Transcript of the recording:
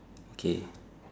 okay